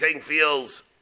feels